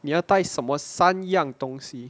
你要带什么三样东西